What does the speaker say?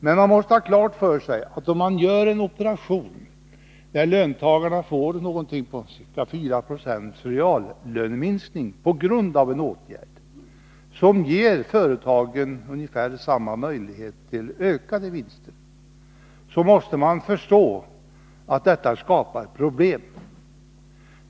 Men man måste ha klart för sig att en operation som ger löntagarna ca 4 90 reallöneminskning och företagen möjligheter till ungefär lika stora vinstökningar skapar problem.